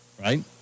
right